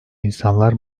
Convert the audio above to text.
insanlar